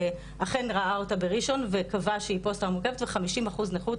אכן ראה אותה בראשון וקבע שהיא פוסט טראומטית מורכבת ו-50 אחוז נכות,